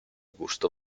gusto